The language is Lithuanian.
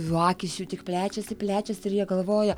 akys jų tik plečiasi plečiasi ir jie galvoja